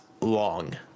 long